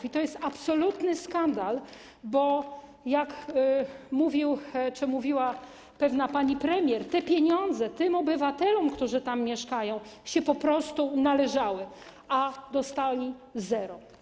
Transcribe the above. I to jest absolutny skandal, bo jak mówił czy mówiła pewna pani premier: te pieniądze tym obywatelom, którzy tam mieszkają, się po prostu należały, a dostali zero.